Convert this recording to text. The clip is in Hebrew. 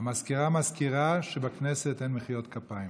המזכירה מזכירה שבכנסת אין מחיאות כפיים.